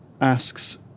asks